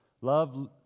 Love